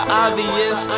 obvious